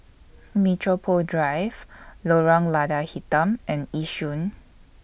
Metropole Drive Lorong Lada Hitam and Yishun